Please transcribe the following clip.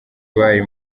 bari